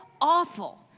awful